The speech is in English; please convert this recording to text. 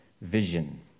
vision